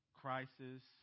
crisis